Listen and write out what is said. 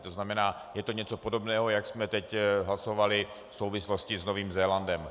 To znamená, je to něco podobného, jak jsme teď hlasovali v souvislosti s Novým Zélandem.